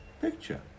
picture